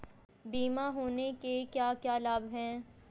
बीमा होने के क्या क्या लाभ हैं?